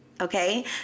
okay